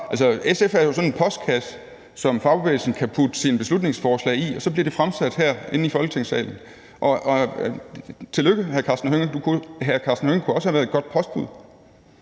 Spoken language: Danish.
sådan en postkasse, som fagbevægelsen kan putte sine beslutningsforslag i, og så bliver de fremsat herinde i Folketingssalen. Og tillykke, hr. Karsten Hønge. Hr. Karsten Hønge kunne også have været et godt postbud.